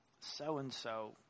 so-and-so